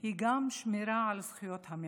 היא גם שמירה על זכויות המיעוט.